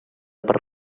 per